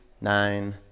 nine